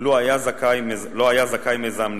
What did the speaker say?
שלו היה זכאי מיזם נפט.